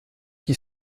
qui